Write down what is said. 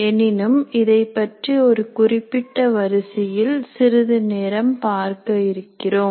எனினும் இதைப்பற்றி ஒரு குறிப்பிட்ட வரிசையில் சிறிது நேரம் பார்க்க இருக்கிறோம்